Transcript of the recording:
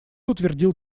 утвердил